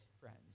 friends